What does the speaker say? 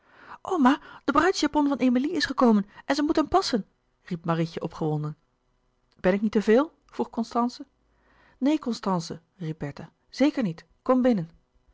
de bruidsjapon van emilie is gekomen en ze moet hem passen riep marietje opgewonden ben ik niet te veel vroeg constance neen constance riep bertha zeker niet kom binnen